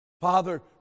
Father